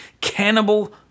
Cannibal